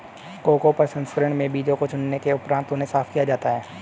cocoa प्रसंस्करण में बीजों को चुनने के उपरांत उन्हें साफ किया जाता है